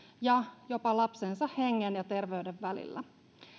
ja jopa lapsensa hengen ja terveyden välillä